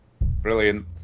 Brilliant